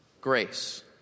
Grace